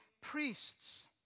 priests